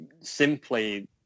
simply